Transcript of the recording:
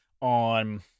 on